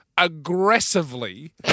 aggressively